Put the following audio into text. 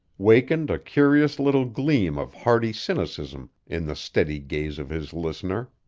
wakened a curious little gleam of hardy cynicism in the steady gaze of his listener.